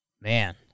Man